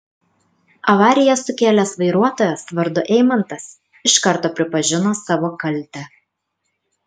avariją sukėlęs vairuotojas vardu eimantas iš karto pripažino savo kaltę